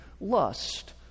lust